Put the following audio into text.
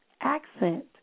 accent